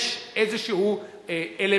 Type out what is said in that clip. שיש איזה אלמנט,